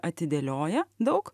atidėlioja daug